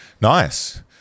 Nice